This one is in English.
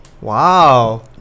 Wow